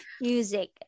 music